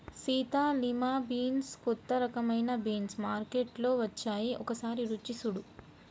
Sita lima bean కొత్త రకమైన beans మార్కేట్లో వచ్చాయి ఒకసారి రుచి సుడు